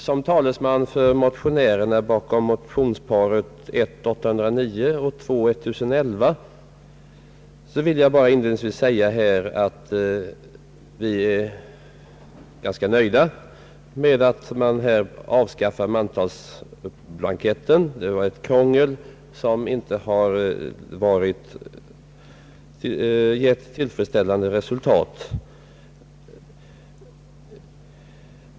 Som talesman för motionärerna bakom motionsparet 1I:809 och II: 1011 vill jag inledningsvis bara säga att vi är ganska nöjda med att man avskaffar mantalsblanketten. Den innebar ett krångel, och den har inte gett tillfredsställande resultat.